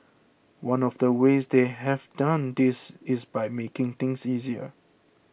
one of the ways they have done this is by making things easier